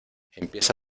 empieza